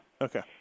Okay